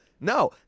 No